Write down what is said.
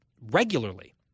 regularly